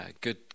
good